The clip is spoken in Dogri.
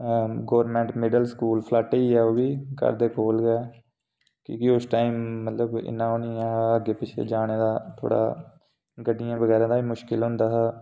गौरमैंट मिडल स्कूल सपाटी ओह् बी घर दे कोल गै ऐ क्योंकि उस टाइम मतलब कि इन्ना ओह् निं ऐ हा थोह्ड़ा गड्डियें बगैरा दा बी मुश्कल होंदा हा